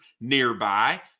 nearby